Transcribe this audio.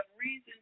reason